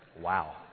Wow